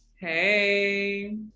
hey